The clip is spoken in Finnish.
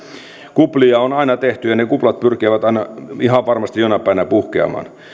kuplia on aina tehty ja ne kuplat pyrkivät aina ihan varmasti jonain päivänä puhkeamaan